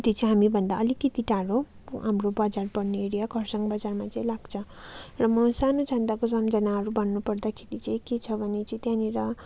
त्यो चाहिँ हामीभन्दा अलिकिति टाडो हाम्रो बजार पर्ने एरिया कर्सियङ बजारमा चाहिँ लाग्छ र म सानो छँदाको सम्झनाहरू भन्नु पर्दाखेरि चाहिँ के छ भने चाहिँ त्यहाँनेर